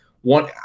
one –